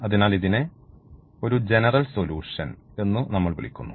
അതിനാൽ ഇതിനെ ഒരു ജനറൽ സൊല്യൂഷൻ എന്നു നമ്മൾ വിളിക്കുന്നു